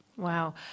Wow